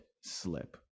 slip